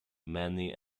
many